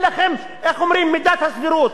אין לכם מידת הסבירות.